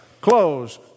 close